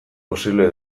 posible